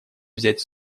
взять